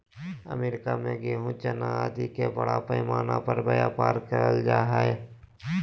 America में गेहूँ, चना आदि के बड़ा पैमाना पर व्यापार कइल जा हलय